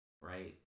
Right